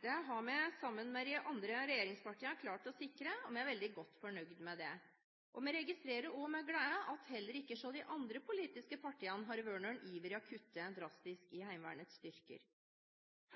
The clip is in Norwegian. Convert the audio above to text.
Det har vi sammen med de andre regjeringspartiene klart å sikre, og vi er veldig godt fornøyd med det. Vi registrerer også med glede at heller ikke hos de andre politiske partiene har det vært noen iver etter å kutte drastisk i Heimevernets styrker.